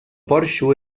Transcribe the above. porxo